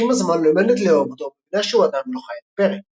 אך עם הזמן לומדת לאהוב אותו ומבינה שהוא אדם ולא חיית פרא.